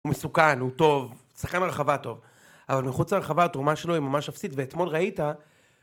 הוא מסוכן הוא טוב הוא שחקן ברחבה טוב אבל מחוץ לרחבה התרומה שלו היא ממש אפסית ואתמול ראית